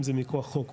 אם זה מכוח חוק,